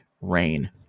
rain